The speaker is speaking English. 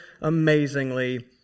amazingly